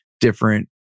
different